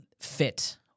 fit